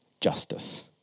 justice